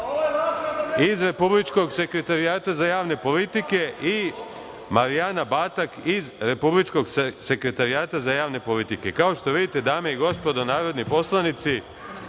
iz Republičkog sekretarijata za javne politike i Marijana Batak iz Republičkog sekretarijata za javne politike. Kao što vidite dame i gospodo narodni poslanici,